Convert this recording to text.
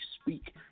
speak